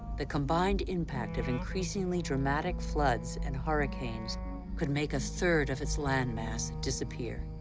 the combined impact of increasingly dramatic floods and hurricanes could make a third of its land mass disappear.